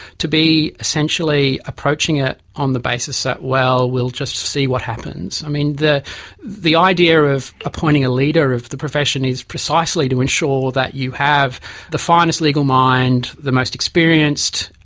to be essentially approaching it on the basis that, well, we'll just see what happens. i mean, the the idea of appointing a leader of the profession is precisely to ensure that you have the finest legal mind, the most experienced,